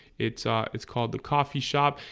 it's ah it's called the coffee shop,